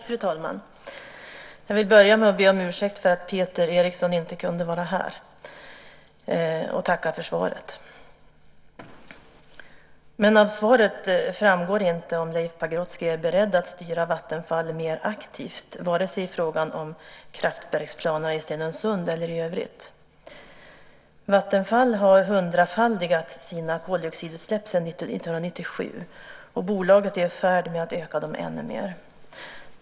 Fru talman! Jag vill börja med att be om ursäkt för att Peter Eriksson inte kunde vara här, och så vill jag tacka för svaret. Men av svaret framgår inte om Leif Pagrotsky är beredd att styra Vattenfall mer aktivt vare sig i frågan om kraftverksplanerna i Stenungsund eller i övrigt. Vattenfall har hundrafaldigat sina koldioxidutsläpp sedan 1997, och bolaget är i färd med att öka dem ännu mer.